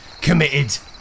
committed